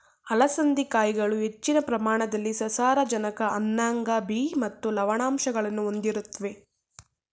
ಅಲಸಂದೆ ಕಾಯಿಗಳು ಹೆಚ್ಚಿನ ಪ್ರಮಾಣದಲ್ಲಿ ಸಸಾರಜನಕ ಅನ್ನಾಂಗ ಬಿ ಮತ್ತು ಲವಣಾಂಶಗಳನ್ನು ಹೊಂದಿರುತ್ವೆ